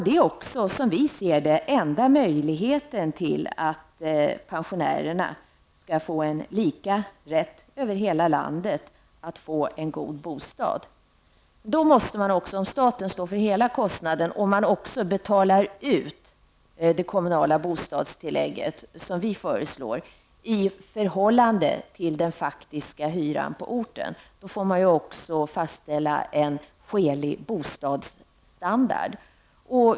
Det är också, som vi ser det, den enda möjligheten för pensionärer över hela landet att få lika rätt till en god bostad. Om staten står för hela kostnaden och om man också betalar ut det kommunala bostadstillägget i förhållande till hyran, måste man fastställa en skälig bostadsstandard.